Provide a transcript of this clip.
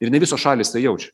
ir ne visos šalys tai jaučiu